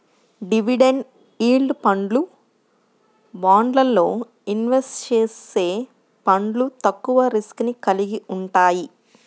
dividend yield ఫండ్లు, బాండ్లల్లో invest చేసే ఫండ్లు తక్కువ రిస్క్ ని కలిగి వుంటయ్యి